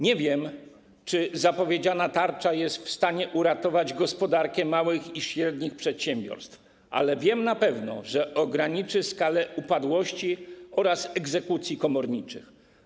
Nie wiem, czy zapowiedziana tarcza jest w stanie uratować gospodarkę małych i średnich przedsiębiorstw, ale wiem na pewno, że ograniczy skalę upadłości oraz egzekucji komorniczych.